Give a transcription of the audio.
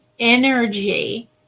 energy